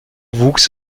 wuchs